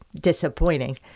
disappointing